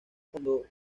cuando